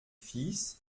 fils